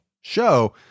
show